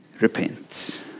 Repent